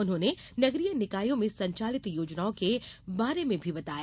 उन्होंने नगरीय निकायों में संचालित योजनाओं के बारे में भी बताया